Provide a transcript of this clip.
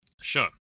Sure